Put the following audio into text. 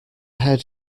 head